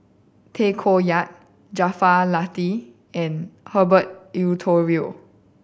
Tay Koh Yat Jaafar Latiff and Herbert Eleuterio